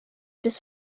bis